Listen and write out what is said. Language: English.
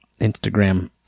Instagram